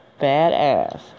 Badass